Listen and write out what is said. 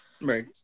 right